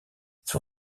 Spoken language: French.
son